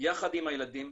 יחד עם הילדים,